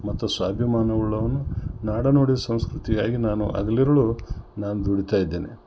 ಮತ್ತು ಸ್ವಾಭಿಮಾನ ಉಳ್ಳವನು ನಾಡನುಡಿ ಸಂಸ್ಕೃತಿಗಾಗಿ ನಾನು ಹಗ್ಲಿರುಳೂ ನಾನು ದುಡೀತಾ ಇದ್ದೇನೆ